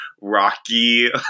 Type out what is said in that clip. rocky